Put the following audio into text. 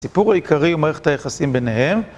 הסיפור העיקרי הוא מערכת היחסים ביניהם.